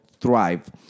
Thrive